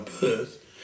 birth